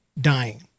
dying